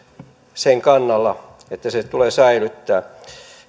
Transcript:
sen kannalla että se tulee säilyttää